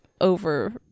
Over